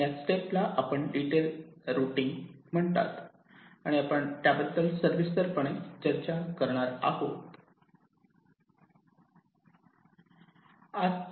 या स्टेपला detail routing म्हणतात आणि आपण त्याबद्दल आज सविस्तरपणे चर्चा करणार आहोत